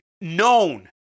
known